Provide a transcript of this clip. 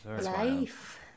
Life